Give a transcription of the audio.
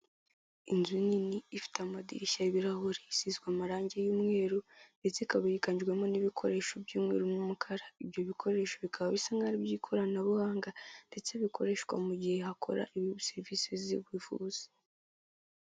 Inzu nini ifite amadirishya y'ibirahuri isizwe amarangi y'umweru ndetse ikaba yiganjwemo n'ibikoresho by'umweru n'umukara, ibyo bikoresho bikaba bisa nkaho ari iby'ikoranabuhanga ndetse bikoreshwa mu gihe hakora ibiri muri serivisi z'ubuvuzi.